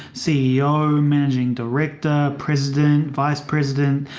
ceo, managing director, president, vice president,